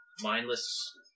mindless